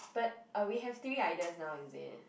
but ah we have three ideas now is it